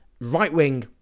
right-wing